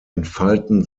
entfalten